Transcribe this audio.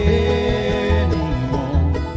anymore